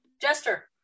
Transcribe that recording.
Jester